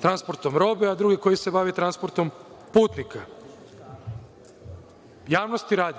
transportom robe, a drugi koji se bavi transportom putnika. Javnosti radi,